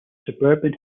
suburban